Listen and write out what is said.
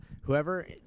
whoever